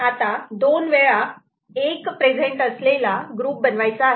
आता दोन वेळा '1' प्रेझेंट असलेला ग्रुप बनवायचा आहे